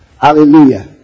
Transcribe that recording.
Hallelujah